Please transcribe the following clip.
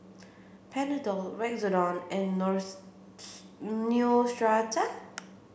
Panadol Redoxon and Neostrata